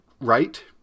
right